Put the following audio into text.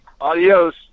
Adios